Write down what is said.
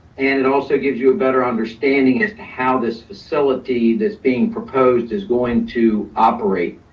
and it also gives you a better understanding as to how this facility that's being proposed is going to operate.